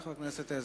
חבר הכנסת עזרא,